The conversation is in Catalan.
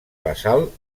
basal